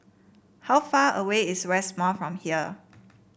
how far away is West Mall from here